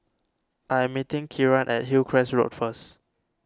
I am meeting Kieran at Hillcrest Road first